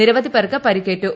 നിരവധി പേർക്ക് പരിക്കേറ്റു